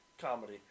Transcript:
comedy